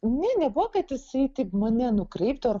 ne nebuvo kad jisai taip mane nukreiptų ar